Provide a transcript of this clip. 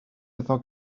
iddo